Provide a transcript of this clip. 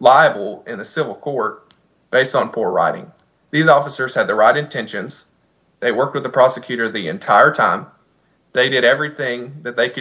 liable in a civil court based on poor writing these officers had the right intentions they worked with the prosecutor the entire time they did everything that they could